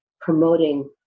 promoting